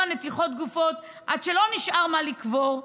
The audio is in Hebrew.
נתיחות גופות עד שלא נשאר מה לקבור,